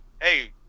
hey –